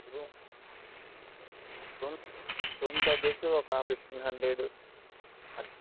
room room room charges ఒక fifteen hundred అ